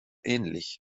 ähnlich